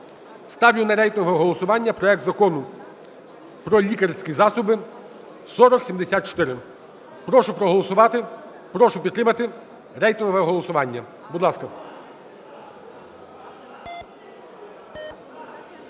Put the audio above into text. Ставлю на рейтингове голосування проект Закону про лікарські засоби (4074). Прошу проголосувати, прошу підтримати рейтингове голосування. Будь ласка.